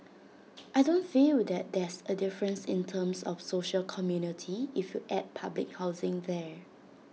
I don't feel that there's A difference in terms of social community if you add public housing there